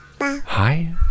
Hi